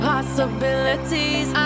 Possibilities